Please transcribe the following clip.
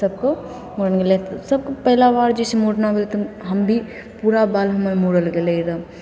सभको मूड़न भेलै तऽ सभ पहिला बार जइसे मुड़ना भेलै तऽ हम भी पूरा बाल हमर मूड़ल गेलै रहै